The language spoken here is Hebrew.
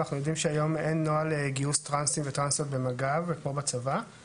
אנחנו יודעים שהיום אין נוהל גיוס טרנסים וטרנסיות במג"ב או בצבא,